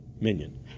minion